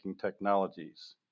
technologies